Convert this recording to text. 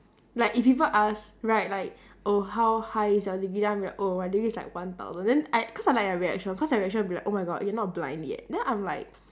like if people ask right like oh how high is your degree then I'm like oh my degree is like one thousand then I cause I like their reaction cause their reaction will be like oh my god you're not blind yet then I'm like